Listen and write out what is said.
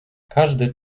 każdy